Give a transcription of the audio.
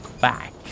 back